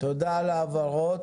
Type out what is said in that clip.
תודה על ההבהרות.